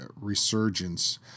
resurgence